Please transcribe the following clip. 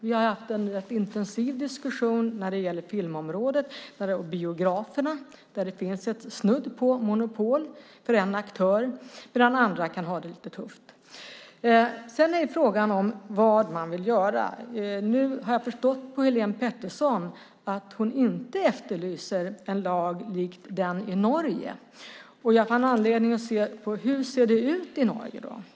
Vi har haft en intensiv diskussion när det gäller filmområdet och biograferna. Det finns snudd på ett monopol för en aktör och där andra kan ha det lite tufft. Sedan är det frågan om vad man vill göra. Nu har jag förstått på Helene Petersson att hon inte efterlyser en lag likt den i Norge. Jag fann anledning att se på hur det ser ut i Norge i dag.